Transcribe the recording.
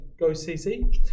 GoCC